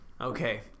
Okay